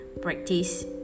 practice